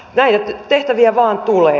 näitä tehtäviä vain tulee